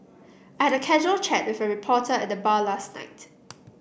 I had a casual chat with a reporter at the bar last night